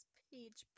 page